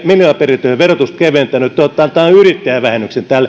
miljoonaperintöjen verotusta keventäneet te olette antaneet yrittäjävähennyksen